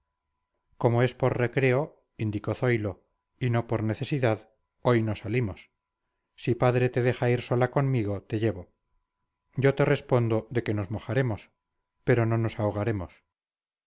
como es por recreo indicó zoilo y no por necesidad hoy no salimos si padre te deja ir sola conmigo te llevo yo te respondo de que nos mojaremos pero no nos ahogaremos